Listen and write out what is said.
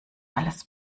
alles